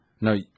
No